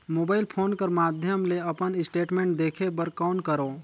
Mobile phone कर माध्यम ले अपन स्टेटमेंट देखे बर कौन करों?